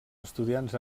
estudiants